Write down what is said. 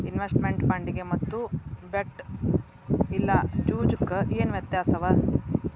Investment ಫಂಡಿಗೆ ಮತ್ತ bet ಇಲ್ಲಾ ಜೂಜು ಕ ಏನ್ ವ್ಯತ್ಯಾಸವ?